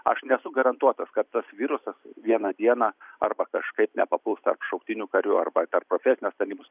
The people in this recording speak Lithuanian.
aš nesu garantuotas kad tas virusas vieną dieną arba kažkaip nepapuls tarp šauktinių karių arba per profesinės tarnybos